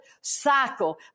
cycle